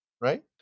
Right